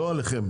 לא עליכם,